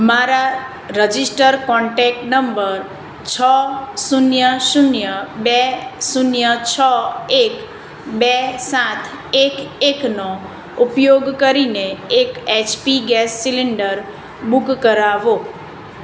મારા register contact number છ શૂન્ય શૂન્ય બે શૂન્ય છ એક બે સાત એક એકનો ઉપયોગ કરીને એક એચપી ગેસ સીલિન્ડર બુક કરાવો